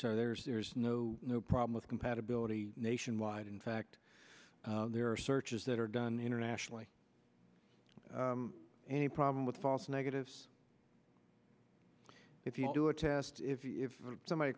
so there's there's no no problem with compatibility nationwide in fact there are searches that are done internationally any problem with false negatives if you do a test if somebody